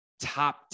top